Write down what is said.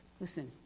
Listen